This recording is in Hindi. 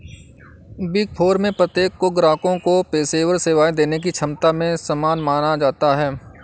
बिग फोर में प्रत्येक को ग्राहकों को पेशेवर सेवाएं देने की क्षमता में समान माना जाता है